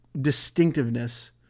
distinctiveness